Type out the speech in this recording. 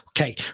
Okay